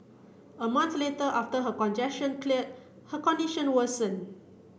a month later after her congestion cleared her condition worsened